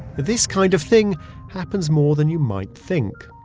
this kind of thing happens more than you might think.